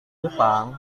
jepang